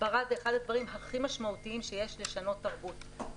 הסברה זה אחד הדברים הכי משמעותיים שיש לשנות תרבות.